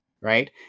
right